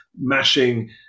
mashing